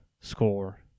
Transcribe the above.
score